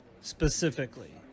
specifically